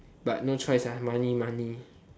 but no choice money money